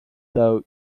though